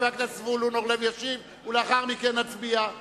חבר הכנסת זבולון אורלב ישיב, ולאחר מכן נצביע.